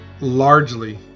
largely